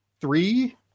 three